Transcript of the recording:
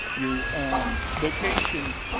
your um location,